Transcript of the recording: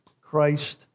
Christ